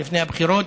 לפני הבחירות,